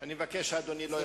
אני מבקש שאדוני לא ירחיב.